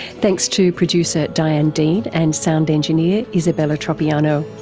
thanks to producer diane dean and sound engineer isabella tropiano.